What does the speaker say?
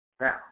Now